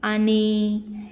आनी